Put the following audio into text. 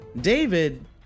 David